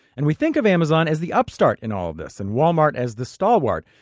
and we think of amazon as the upstart in all of this and walmart as the stalwart,